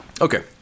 Okay